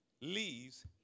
leaves